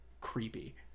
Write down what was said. creepy